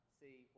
see